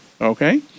okay